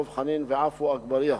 דב חנין ועפו אגבאריה.